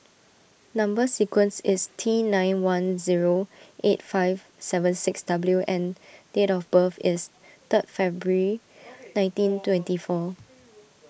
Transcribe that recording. Number Sequence is T nine one zero eight five seven six W and date of birth is third February nineteen twenty four